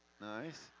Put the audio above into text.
Nice